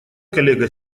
коллега